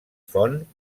font